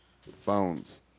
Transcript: phones